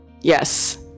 Yes